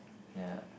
ya